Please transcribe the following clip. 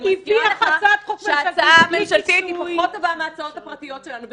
-- היא תהיה הצעת חוק ממשלתית בלי כיסוי.